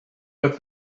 with